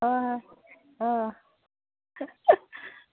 ꯍꯣꯏ ꯍꯣꯏ ꯑꯥ